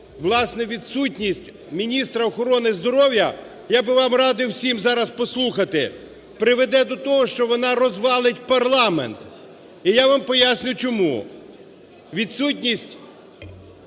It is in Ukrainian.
власне, відсутність міністра охорони здоров'я – я би вам радив всім зараз послухати, – приведе до того, що вона розвалить парламент. І я вам поясню чому.